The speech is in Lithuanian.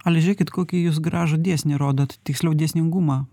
ale žiūrėkit kokį jūs gražų dėsnį rodot tiksliau dėsningumą